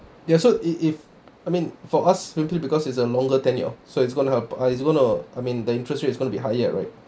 ya so i~ if I mean for us simply because it's a longer tenure so it's going to help or it's going to I mean the interest rate is going to be higher right